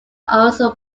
also